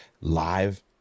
Live